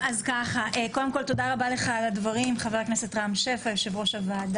לאוסאמה יש בעיות